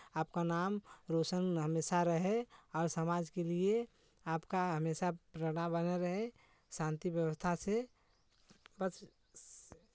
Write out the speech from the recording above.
आपका नाम रौशन हमेशा रहे और समाज के लिये आपका हमेशा प्रेरणा बना रहे शांति व्यवस्था से बस